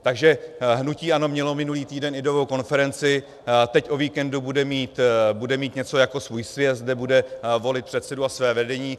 Takže hnutí ANO mělo minulý týden ideovou konferenci, teď o víkendu bude mít něco jako svůj sjezd, kde bude volit předsedu a své vedení.